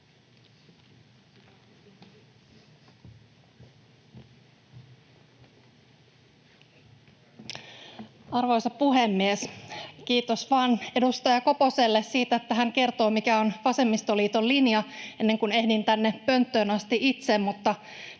Arvoisa puhemies! Kiitos vaan edustaja Koposelle siitä, että hän kertoo, mikä on vasemmistoliiton linja ennen kuin ehdin tänne pönttöön asti itse,